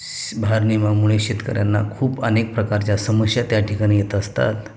भारनियमनामुळे शेतकऱ्यांना खूप अनेक प्रकारच्या समस्या त्या ठिकाणी येत असतात